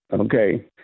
Okay